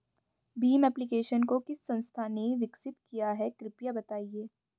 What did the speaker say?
Bhim application को किस संस्था ने विकसित किया है कृपया बताइए?